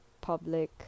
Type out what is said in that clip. public